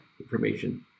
information